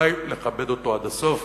עלי לכבד אותו עד הסוף.